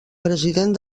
president